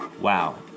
Wow